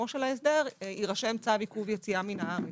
ההסדר יירדם צו עיכוב יציאה מהארץ.